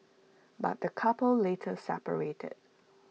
but the couple later separated